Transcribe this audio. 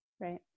Right